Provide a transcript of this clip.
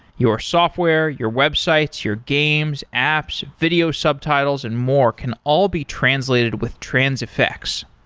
your software, your websites, your games, apps, video subtitles and more can all be translated with transifex.